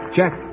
Check